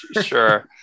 sure